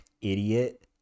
idiot